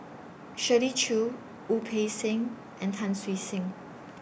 Shirley Chew Wu Peng Seng and Tan Siew Sin